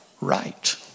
right